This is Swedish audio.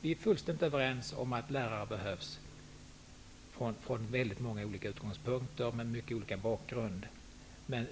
Vi är fullständigt överens om att lärare med väldigt många olika utgångspunkter och med mycket olika bakgrund behövs, men